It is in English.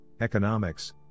economics